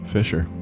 Fisher